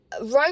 Wrote